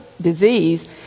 disease